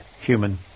human